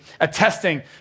attesting